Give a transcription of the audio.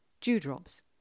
Dewdrops